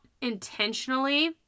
intentionally